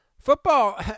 football